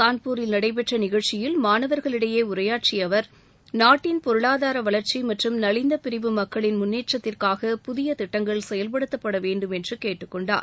கான்பூரில் நடைபெற்ற நிகழ்ச்சியில் மாணவர்களிடையே உரையாற்றிய அவர் நாட்டின் பொருளாதார வளர்ச்சி மற்றும் நவிந்த பிரிவு மக்களின் முன்னேற்றத்திற்காக புதிய திட்டங்கள் செயல்படுத்தப்பட வேண்டும் என்று கேட்டுக் கொண்டார்